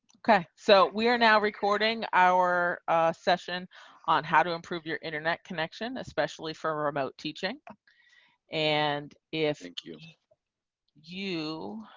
okay so we are now recording our session on how to improve your internet connection, especially for remote teaching and if you you